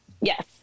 Yes